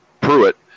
Pruitt